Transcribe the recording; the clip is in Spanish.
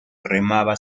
remaba